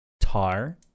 tar